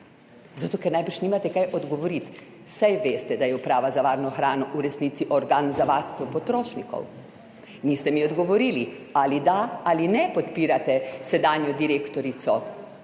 zato ker najbrž nimate kaj odgovoriti. Saj veste, da je Uprava za varno hrano v resnici organ za varstvo potrošnikov. Niste mi odgovorili, ali da ali ne podpirate sedanjo direktorico?